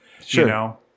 Sure